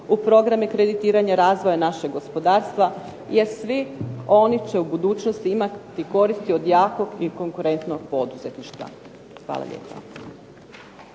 u programe kreditiranja razvoja našeg gospodarstva jer svi oni će u budućnosti imati koristi od jakog i konkurentnog poduzetništva. Hvala lijepa.